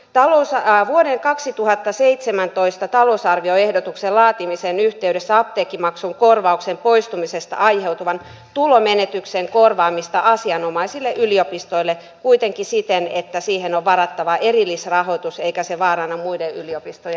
talossa on vuoden kaksituhattaseitsemäntoista talousarvioehdotuksen laatimisen yhteydessä apteekkimaksun korvauksen poistumisesta aiheutuvan tulonmenetyksen korvaamista asianomaisille yliopistoille kuitenkin siten että siihen on varattava erillisrahoitus eikä se vaaranna muiden yliopistojen